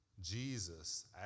Jesus